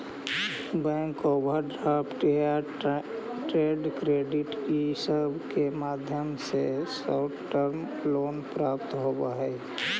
bank overdraft या trade credit इ सब के माध्यम से शॉर्ट टर्म लोन प्राप्त होवऽ हई